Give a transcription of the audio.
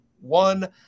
one